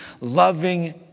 loving